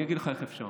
אני אגיד לך איך אפשר.